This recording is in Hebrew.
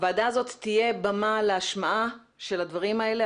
אבל הוועדה הזאת תהיה במה להשמעה של הדברים האלה,